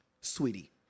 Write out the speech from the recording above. Sweetie